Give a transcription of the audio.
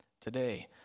today